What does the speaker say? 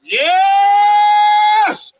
Yes